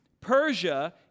Persia